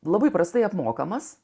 labai prastai apmokamas